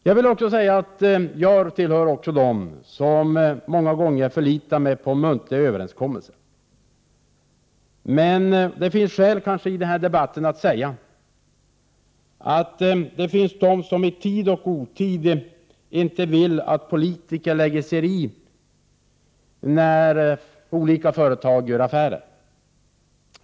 Jag tillhör dem som många gånger förlitar sig på muntliga överenskommelser, men jag vill i denna debatt säga att det finns de som i tid och otid inte vill att politiker lägger sig i när olika företag gör affärer.